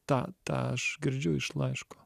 tą tą aš girdžiu iš laiško